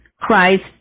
Christ